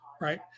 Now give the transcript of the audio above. Right